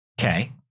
Okay